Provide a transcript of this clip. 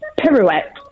pirouette